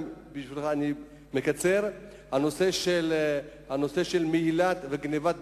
בשבילך אני מקצר: הנושא של מהילה וגנבת דלק.